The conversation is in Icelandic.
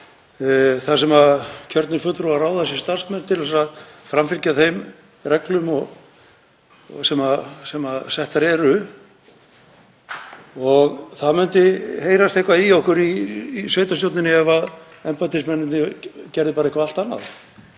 þar sem kjörnir fulltrúar ráða sér starfsmenn til að framfylgja þeim reglum sem settar eru. Það myndi heyrast eitthvað í okkur í sveitarstjórninni ef embættismennirnir gerðu bara eitthvað allt annað.